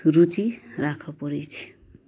रुचि राखऽ पड़ै छै